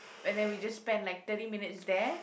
and then we just spend like thirty minutes there